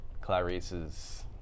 Clarice's